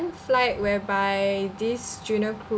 flight whereby this junior crew